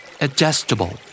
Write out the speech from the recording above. Adjustable